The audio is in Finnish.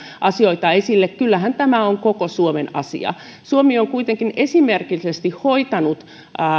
asioita esille kyllähän tämä on koko suomen asia suomi on kuitenkin esimerkillisesti hoitanut